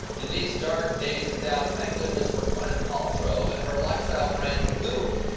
in these dark days of doubt, thank goodness for gwyneth paltrow and her lifestyle brand goop.